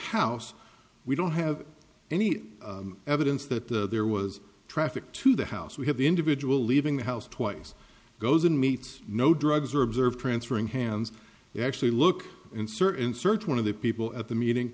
house we don't have any evidence that there was traffic to the house we have the individual leaving the house twice goes in meets no drugs were observed transferring hands actually look in certain search one of the people at the meeting